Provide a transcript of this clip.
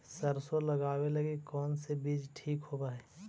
सरसों लगावे लगी कौन से बीज ठीक होव हई?